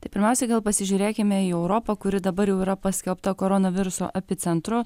tai pirmiausiai gal pasižiūrėkime į europą kuri dabar jau yra paskelbta koronaviruso epicentru